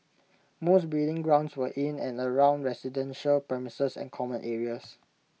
most breeding grounds were in and around residential premises and common areas